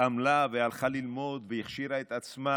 עמלה והלכה ללמוד והכשירה את עצמה,